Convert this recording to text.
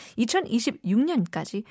2026년까지